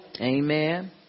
Amen